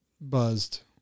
buzzed